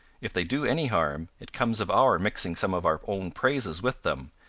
if they do any harm, it comes of our mixing some of our own praises with them,